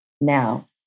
now